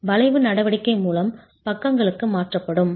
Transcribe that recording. வளைவு நடவடிக்கை மூலம் பக்கங்களுக்கு மாற்றப்படும்